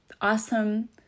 awesome